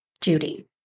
Judy